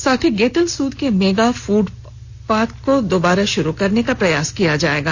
साथ ही गेतलसूद के मेगा फूड पाथ को दोबारा शुरू करने का प्रयास किया जाएगा